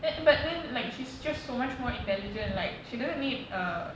but then like she's just so much more intelligent like she doesn't need a